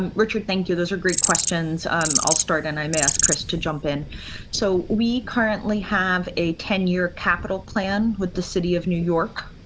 and richard, thank you. those are great questions. i'll i'll start and i may ask chris to jump in so we currently have a ten year capital plan with the city of new york.